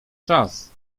czas